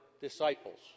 disciples